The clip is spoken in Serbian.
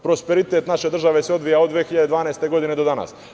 Prosperitet naše države se odvija od 2012. godine do danas.